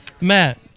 Matt